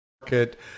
market